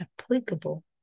applicable